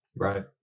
Right